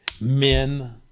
men